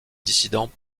dissident